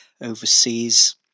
overseas